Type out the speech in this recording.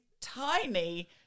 tiny